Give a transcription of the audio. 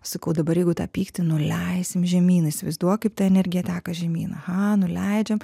sakau dabar jeigu tą pyktį nuleisim žemyn įsivaizduok kaip ta energija teka žemyn aha nuleidžiam